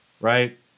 right